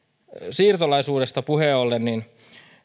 siirtolaisuudesta puheen ollen